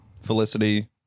Felicity